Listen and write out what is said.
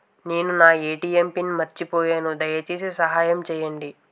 నేను నా ATM pin మర్చిపోయాను, దయచేసి సహాయం చేయండి